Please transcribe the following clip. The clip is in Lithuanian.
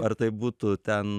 ar tai būtų ten